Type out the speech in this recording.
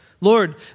Lord